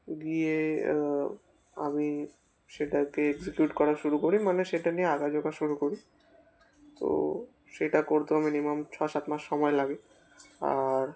গিয়ে আমি সেটাকে এক্সিকিউট করা শুরু করি মানে সেটা নিয়ে আঁকাঝোকা শুরু করি তো সেটা করতেও মিনিমাম ছ সাত মাস সময় লাগে আর